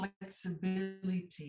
flexibility